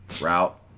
route